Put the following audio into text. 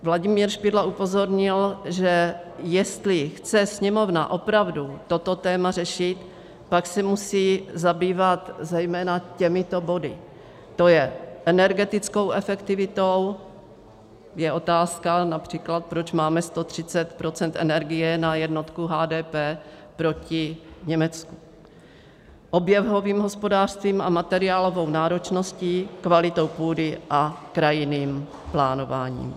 Vladimír Špidla upozornil, že jestli chce Sněmovna opravdu toto téma řešit, pak se musí zabývat zejména těmito body: to je energetickou efektivitou, je otázka například, proč máme 130 % energie na jednotku HDP proti Německu; oběhovým hospodářstvím a materiálovou náročností, kvalitou půdy a krajinným plánováním.